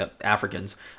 Africans